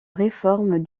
réforme